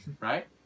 Right